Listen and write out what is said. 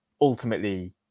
ultimately